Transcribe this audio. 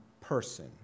person